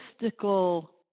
mystical